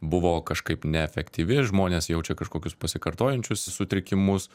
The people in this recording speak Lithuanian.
buvo kažkaip neefektyvi žmonės jaučia kažkokius pasikartojančius sutrikimus